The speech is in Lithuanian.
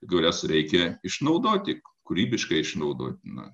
kurias reikia išnaudoti kūrybiškai išnaudoti na